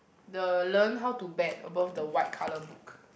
the learn how to bet above the white colour book